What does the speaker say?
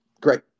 great